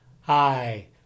Hi